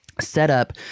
setup